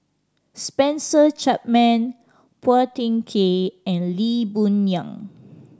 Spencer Chapman Phua Thin Kiay and Lee Boon Yang